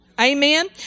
Amen